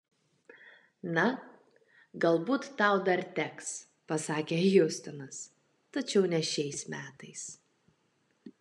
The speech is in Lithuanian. na galbūt tau dar teks pasakė hjustonas tačiau ne šiais metais